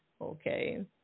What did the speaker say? Okay